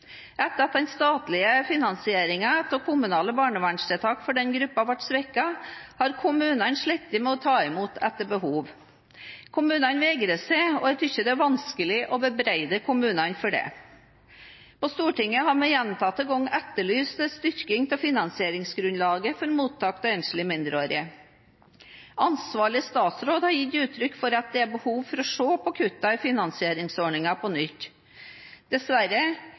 Etter at den statlige finansieringen av kommunale barnevernstiltak for denne gruppen ble svekket, har kommunene slitt med å ta imot etter behov. Kommunene vegrer seg, og jeg synes det er vanskelig å bebreide kommunene for det. På Stortinget har vi gjentatte ganger etterlyst en styrking av finansieringsgrunnlaget for mottak av enslige mindreårige. Ansvarlig statsråd har gitt uttrykk for at det er behov for å se på kuttene i finansieringsordningen på nytt. Dessverre